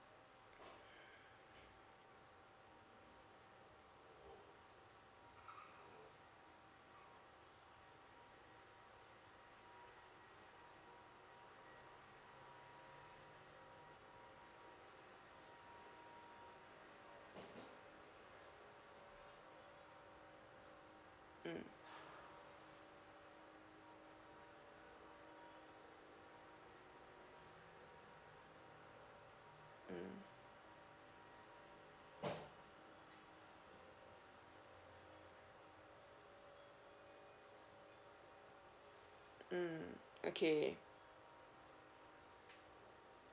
mm mm mm okay